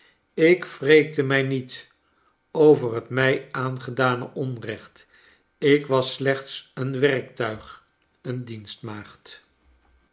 ik wreekte mij niet over het mij aangedane onrecht ik was slechts een werktuig een